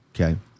Okay